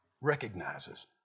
recognizes